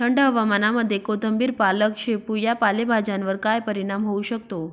थंड हवामानामध्ये कोथिंबिर, पालक, शेपू या पालेभाज्यांवर काय परिणाम होऊ शकतो?